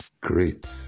Great